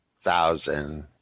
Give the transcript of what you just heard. Thousand